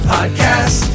Podcast